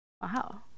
Wow